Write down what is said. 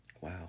wow